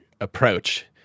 approach